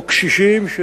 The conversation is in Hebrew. או קשישים,